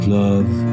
love